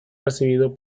recibido